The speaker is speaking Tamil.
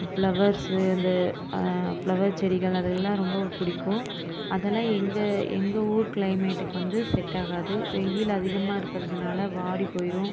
ஃப்ளவர்ஸ்ஸு அந்த ஃப்ளவர் செடிகள் அதெல்லாம் ரொம்ப பிடிக்கும் அதெல்லாம் எங்கள் எங்கள் ஊர் க்ளைமேட்டுக்கு வந்து செட் ஆகாது வெயில் அதிகமாக இருக்கிறதுனால வாடிப்போயிடும்